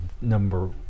number